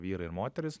vyrai ir moterys